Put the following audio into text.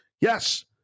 Yes